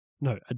No